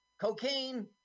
Cocaine